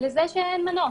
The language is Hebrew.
לזה שאין מנוס.